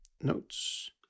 notes